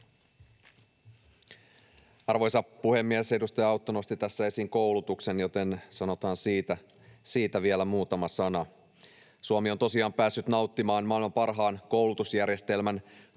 Arvoisa puhemies! Edustaja Autto nosti tässä esiin koulutuksen, joten sanotaan siitä vielä muutama sana. Suomi on tosiaan päässyt nauttimaan maailman parhaan koulutusjärjestelmän